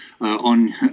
on